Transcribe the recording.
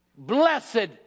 Blessed